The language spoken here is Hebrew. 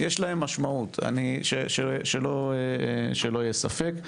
יש להם משמעות, שלא יהיה ספק.